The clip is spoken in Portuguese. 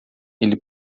ele